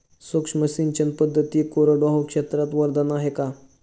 सूक्ष्म सिंचन पद्धती कोरडवाहू क्षेत्रास वरदान आहे का?